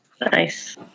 Nice